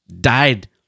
died